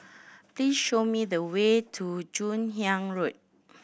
please show me the way to Joon Hiang Road